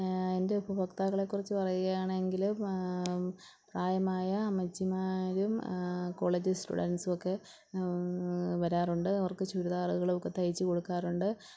എൻറെ ഉപഭോക്താക്കളെ കുറിച്ച് പറയുകയാണെങ്കിൽ പ്രായമായ അമ്മച്ചിമാരും കോളേജ് സ്റ്റുഡൻസുവൊക്കെ വരാറുണ്ട് അവർക്ക് ചുരിദാറുകളൊക്കെ തയിച്ച് കൊടുക്കാറുണ്ട്